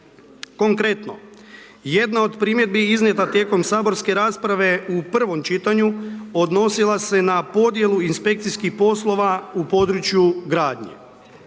Konkretno, jedna od primjedbi iznijeta tijekom saborske rasprave u prvom čitanju odnosila se na podjelu inspekcijskih poslova u području gradnje.